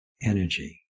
energy